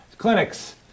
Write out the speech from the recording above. Clinics